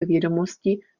vědomosti